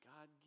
God